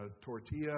tortilla